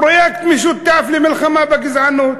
פרויקט משותף למלחמה בגזענות.